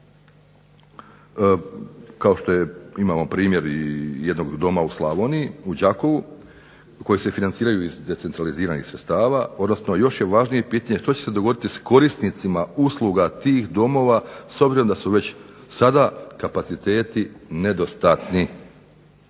kao što je imamo primjer i jednog doma u Slavoniji, u Đakovu, koji se financiraju iz decentraliziranih sredstava, odnosno još je važnije pitanje što će se dogoditi s korisnicima usluga tih domova s obzirom da su već sada kapaciteti nedostatni.